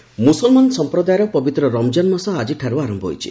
ରମଜାନ ମୁସଲମାନ ସମ୍ପ୍ରଦାୟର ପବିତ୍ର ରମଜାନ ମାସ ଆଜିଠାର୍ ଆର ହୋଇଛି